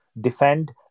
defend